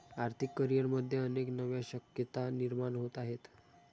आर्थिक करिअरमध्ये अनेक नव्या शक्यता निर्माण होत आहेत